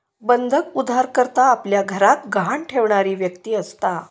बंधक उधारकर्ता आपल्या घराक गहाण ठेवणारी व्यक्ती असता